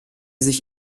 sich